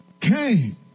came